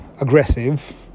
aggressive